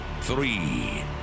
three